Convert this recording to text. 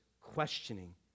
questioning